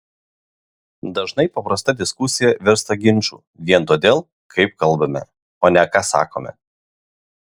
dažnai paprasta diskusija virsta ginču vien todėl kaip kalbame o ne ką sakome